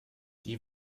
die